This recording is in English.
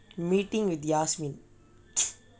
meeting with yasmin